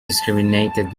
discriminated